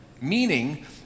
Meaning